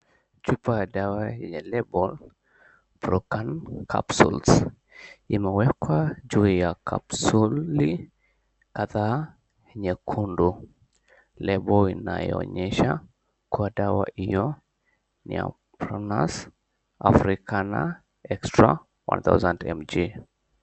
Chupa ya dawa yenye nembo ya BRUCAN CAPSULE, imewekwa juu ya kapsuli kadhaa nyekundu, lebo inayoonyesha kwa dawa hiyo ni ya Pronus Africana Extra 1000mg.